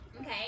Okay